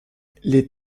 les